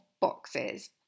boxes